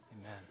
Amen